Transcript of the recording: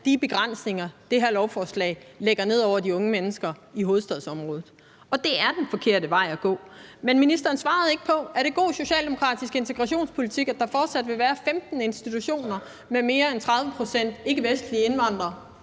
de begrænsninger, det her lovforslag lægger ned over de unge mennesker i hovedstadsområdet. Og det er den forkerte vej at gå. Men ministeren svarede ikke på: Er det god socialdemokratisk integrationspolitik, at der fortsat vil være 15 institutioner med mere end 30 pct. ikkevestlige indvandrere?